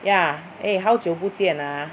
yeah eh 好久不见 ah